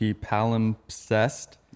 Palimpsest